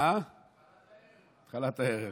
התחלת הערב.